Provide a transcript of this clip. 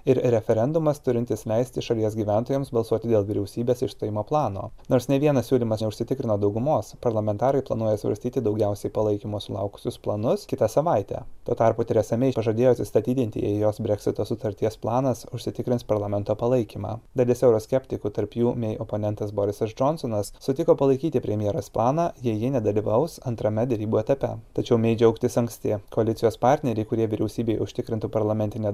ir referendumas turintis leisti šalies gyventojams balsuoti dėl vyriausybės išstojimo plano nors nei vienas siūlymas neužsitikrino daugumos parlamentarai planuoja svarstyti daugiausiai palaikymo sulaukusius planus kitą savaitę tuo tarpu teresa mei pažadėjo atsistatydinti jei jos breksito sutarties planas užsitikrins parlamento palaikymą dalis euroskeptikų tarp jų mei oponentas borisas džonsonas sutiko palaikyti premjerės planą jei ji nedalyvaus antrame derybų etape tačiau mei džiaugtis anksti koalicijos partneriai kurie vyriausybėj užtikrintų parlamentinę